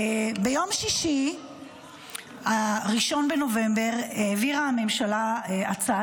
ביום שישי 1 בנובמבר העבירה הממשלה הצעה